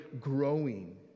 growing